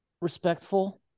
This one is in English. respectful